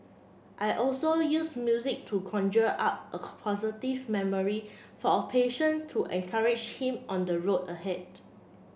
I also use music to conjure up a positive memory for a patient to encourage him on the road ahead